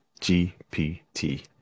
GPT